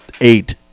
eight